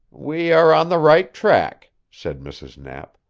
we are on the right track, said mrs. knapp.